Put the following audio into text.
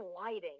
lighting